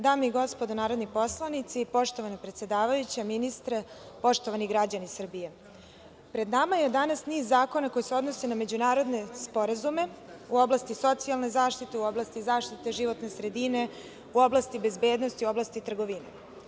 Dame i gospodo narodni poslanici, poštovana predsedavajuća, ministre, poštovani građani Srbije, pred nama je danas niz zakona koji se odnose na međunarodne sporazume u oblasti socijalne zaštite, u oblasti zaštite životne sredine, u oblasti bezbednosti, u oblasti trgovine.